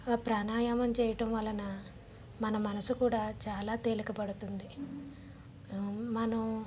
ఆ ప్రాణాయామం చేయటం వలన మన మనసు కూడా చాలా తేలిక పడుతుంది మనం